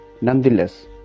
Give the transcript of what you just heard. Nonetheless